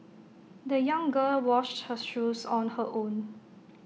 the young girl washed her shoes on her own